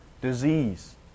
disease